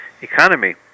economy